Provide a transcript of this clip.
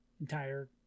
entire